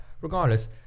regardless